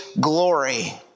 glory